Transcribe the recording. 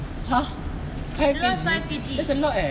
!huh! five K_G there's a lot leh